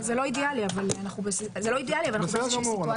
אידיאלי אבל אנחנו בסיטואציה- - בסדר גמור,